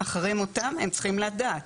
אחרי מותם הם צריכים לדעת.